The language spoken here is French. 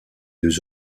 deux